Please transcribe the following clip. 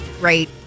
Right